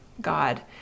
God